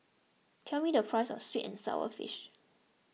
tell me the price of Sweet and Sour Fish